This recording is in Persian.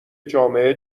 جامعه